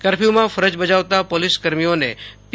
કરફ્યુમાં ફરજ બજાવતા પોલીસ કર્મીઓને પી